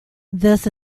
this